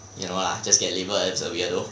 you know lah just get labelled as a weirdo